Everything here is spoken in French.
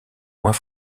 moins